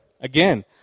again